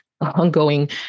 ongoing